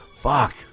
Fuck